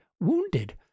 wounded